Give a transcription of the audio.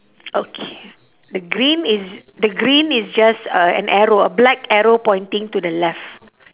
okay the green is the green is just a an arrow a black arrow pointing to the left